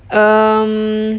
um